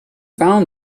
found